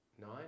nine